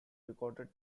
recorded